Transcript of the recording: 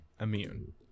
immune